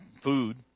food